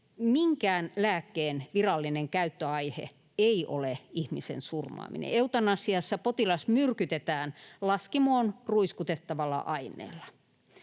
Minkään lääkkeen virallinen käyttöaihe ei ole ihmisen surmaaminen. Eutanasiassa potilas myrkytetään laskimoon ruiskutettavalla aineella.